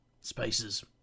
Spaces